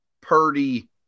Purdy